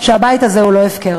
שהבית הזה הוא לא הפקר.